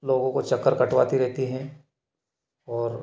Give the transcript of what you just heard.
लोगों को चक्कर कटवाती रहती हैं और